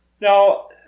Now